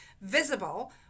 visible